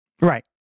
Right